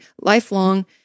lifelong